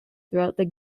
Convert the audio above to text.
throughout